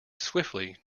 swiftly